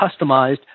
customized